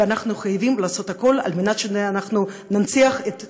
ואנחנו חייבים לעשות הכול על מנת שאנחנו ננציח את זיכרונכם,